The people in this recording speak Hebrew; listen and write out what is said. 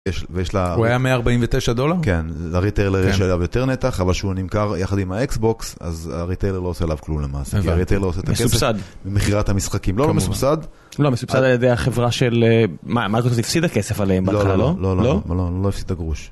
הוא היה 149 דולר? כן, הריטיילר יש עליו יותר נתח אבל שהוא נמכר יחד עם האקסבוקס אז הריטיילר לא עושה עליו כלום למעשה כי הריטיילר לא עושה את הכסף - מסובסד - במכירת המשחקים, לא, לא מסובסד - לא, מסובסד על ידי החברה של... מה, זאת אומרת היא הפסידה הכסף עליהם בהתחלה, לא? - לא, לא, לא, לא הפסידה הגרוש